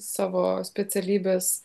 savo specialybės